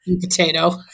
potato